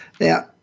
Now